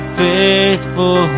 faithful